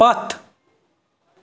پَتھ